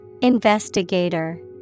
Investigator